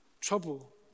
trouble